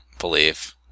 believe